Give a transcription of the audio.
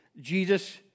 Jesus